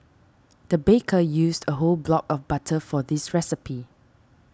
the baker used a whole block of butter for this recipe